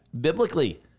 biblically